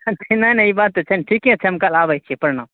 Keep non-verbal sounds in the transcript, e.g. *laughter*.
*unintelligible* नहि नहि ई बात तऽ छै ने ठीके छै हम करबाबै छीये प्रणाम